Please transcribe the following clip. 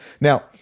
now